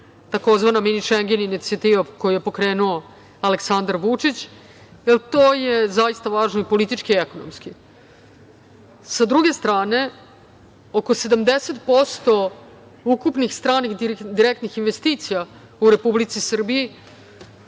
tzv. mini šeng inicijativa koju je pokrenu Aleksandar Vučić, jer to je zaista važno i politički i ekonomski. Sa druge strane oko 70% ukupnih stranih direktnih investicija u Republici Srbiji